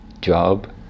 job